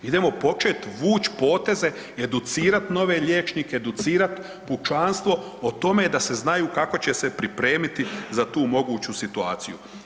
Idemo početi vući poteze, educirati nove liječnike, educirati pučanstvo o tome da se znaju kako će se pripremiti za tu moguću situaciju.